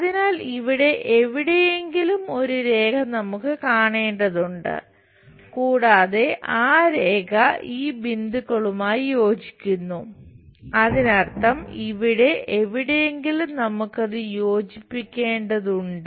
അതിനാൽ ഇവിടെ എവിടെയെങ്കിലും ഒരു രേഖ നമുക്ക് കാണേണ്ടതുണ്ട് കൂടാതെ ആ രേഖ ഈ ബിന്ദുക്കളുമായി യോജിക്കുന്നു അതിനർത്ഥം ഇവിടെ എവിടെയെങ്കിലും നമുക്കത് യോജിപ്പിക്കേണ്ടതുണ്ട്